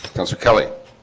those are kelly?